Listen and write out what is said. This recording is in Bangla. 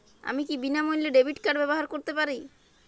আমি কি বিনামূল্যে ডেবিট কার্ড ব্যাবহার করতে পারি?